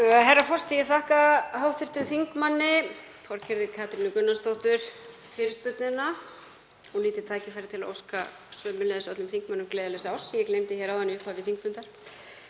Herra forseti. Ég þakka hv. þm. Þorgerði Katrínu Gunnarsdóttur fyrirspurnina og nýti tækifærið til að óska sömuleiðis öllum þingmönnum gleðilegs árs. Ég gleymdi því áðan í upphafi þingfundar.